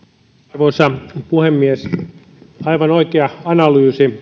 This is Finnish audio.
arvoisa puhemies aivan oikea analyysi